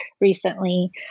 recently